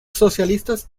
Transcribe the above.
socialistas